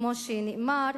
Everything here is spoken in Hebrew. כמו שנאמר,